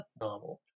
novel